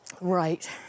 right